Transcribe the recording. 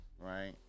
right